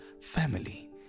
family